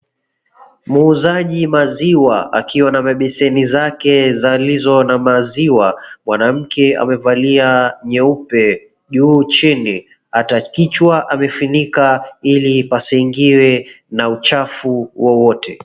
Muuzaji maziwa akiwa na mabeseni zake zilizo na maziwa. Mwanamke amevalia nyeupe juu chini ata kichwa amefinika ili pasiingiwe na uchafu wowote.